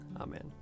Amen